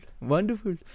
wonderful